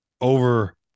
over